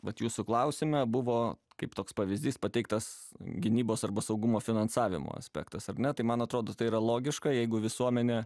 vat jūsų klausime buvo kaip toks pavyzdys pateiktas gynybos arba saugumo finansavimo aspektas ar ne tai man atrodo tai yra logiška jeigu visuomenė